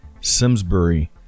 Simsbury